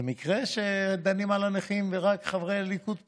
זה מקרה שדנים על הנכים ורק חברי הליכוד פה?